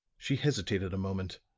she hesitated a moment,